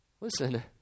Listen